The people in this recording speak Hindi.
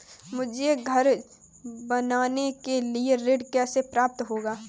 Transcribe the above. मुझे घर बनवाने के लिए ऋण कैसे प्राप्त होगा?